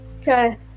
Okay